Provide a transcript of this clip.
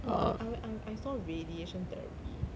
oh I I I I saw radiation therapy